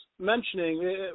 mentioning